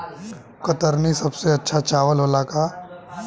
कतरनी सबसे अच्छा चावल होला का?